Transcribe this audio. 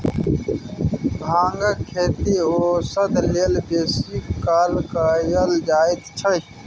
भांगक खेती औषध लेल बेसी काल कएल जाइत छै